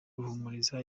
ruhumuriza